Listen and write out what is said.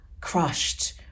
crushed